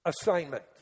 assignment